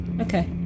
okay